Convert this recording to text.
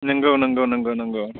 नंगौ नंगौ नंगौ नंगौ